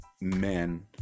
men